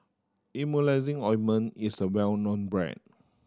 Emulsying Ointment is a well known brand